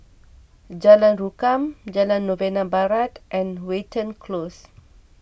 Jalan Rukam Jalan Novena Barat and Watten Close